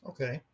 Okay